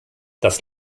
das